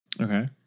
Okay